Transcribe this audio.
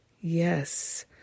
Yes